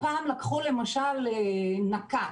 הפעם לקחו למשל נקט.